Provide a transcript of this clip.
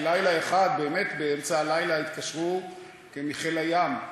שלילה אחד באמצע הלילה התקשרו מחיל הים,